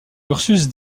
ursus